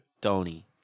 Tony